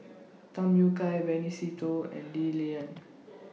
Tham Yui Kai Benny Se Teo and Lee Lian